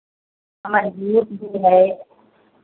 है